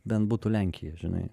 bent būtų lenkija žinai